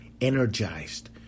energized